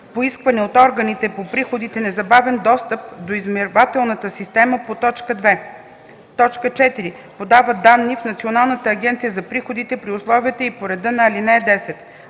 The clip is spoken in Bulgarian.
поискване от органите по приходите незабавен достъп до измервателната система по т. 2; 4. подава данни в Националната агенция за приходите при условията и по реда на ал. 10.